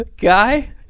guy